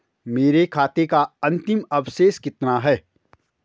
मेरे खाते का अंतिम अवशेष कितना है?